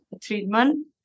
treatment